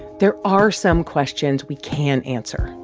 there are some questions we can answer.